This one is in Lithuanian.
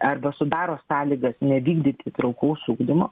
arba sudaro sąlygas nevykdyti įtraukaus ugdymo